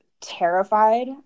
terrified